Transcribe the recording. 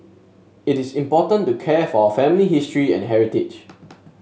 it's important to care for our family history and heritage